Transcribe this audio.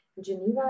Geneva